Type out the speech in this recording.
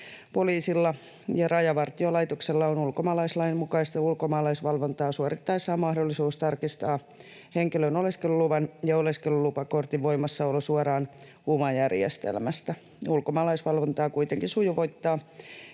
Poliisilla ja Rajavartiolaitoksella on ulkomaalaislain mukaista ulkomaalaisvalvontaa suorittaessaan mahdollisuus tarkistaa henkilön oleskeluluvan ja oleskelulupakortin voimassaolo suoraan UMA-järjestelmästä. Ulkomaalaisvalvontaa kuitenkin sujuvoittaa,